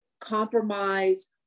compromise